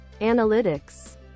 Analytics